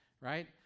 right